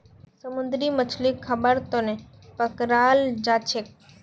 समुंदरी मछलीक खाबार तनौ पकड़ाल जाछेक